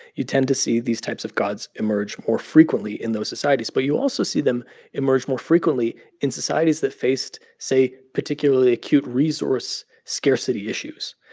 you tend to see these types of gods emerge more frequently in those societies. but you also see them emerge more frequently in societies that faced, say, particularly acute resource scarcity issues.